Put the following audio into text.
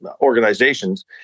organizations